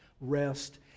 rest